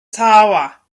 tower